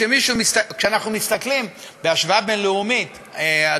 כשאנחנו מסתכלים בהשוואה בין-לאומית,